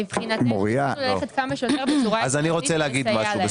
מבחינתי צריך לסייע להם.